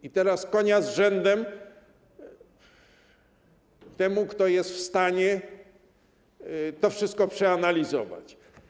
I teraz konia z rzędem temu, kto jest w stanie to wszystko przeanalizować.